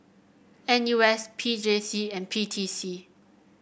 N U S P J C and P T C